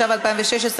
התשע"ו 2016,